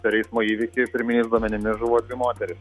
per eismo įvykį pirminiais duomenimis žuvo dvi moterys